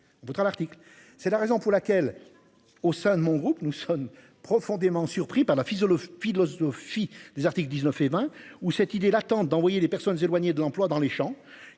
C'est la raison pour laquelle au sein de mon groupe. Nous sommes profondément surpris par la fille de philosophie des articles 19 et 20 août cette idée l'tente d'envoyer des personnes éloignées de l'emploi dans les champs